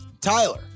Tyler